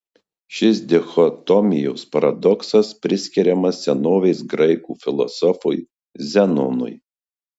šis dichotomijos paradoksas priskiriamas senovės graikų filosofui zenonui